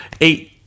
eight